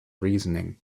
reasoning